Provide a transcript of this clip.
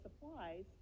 supplies